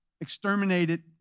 exterminated